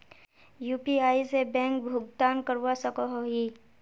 UPI से bank भुगतान करवा सकोहो ही?